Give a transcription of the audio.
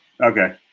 Okay